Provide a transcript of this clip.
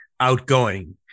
Outgoing